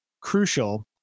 crucial